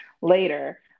later